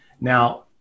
Now